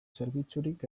zerbitzurik